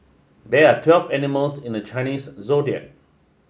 there are twelve animals in the Chinese Zodiac